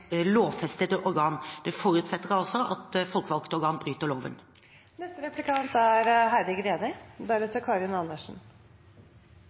organ». Det forutsetter altså at folkevalgte organ bryter loven.